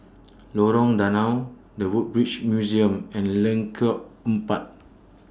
Lorong Danau The Woodbridge Museum and Lengkok Empat